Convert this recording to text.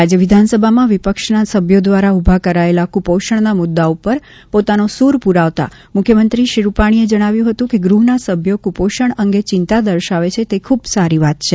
રાજ્ય વિધાનસભામાં વિપક્ષના સભ્યો દ્વારા ઉભા કરાયેલા કુપોષણના મુદ્દા ઉપર પોતાનો સુર પુરાવતાં મુખ્યમંત્રી શ્રી રૂપાણીએ જણાવ્યું હતું કે ગૃહના સભ્યો કુપોષણ અંગે ચિંતા દર્શાવે છે તે ખુબ સારી વાત છે